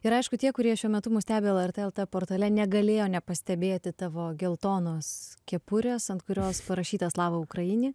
ir aišku tie kurie šiuo metu mes stebi lrt lt portale negalėjo nepastebėti tavo geltonos kepurės ant kurios parašyta slava ukraini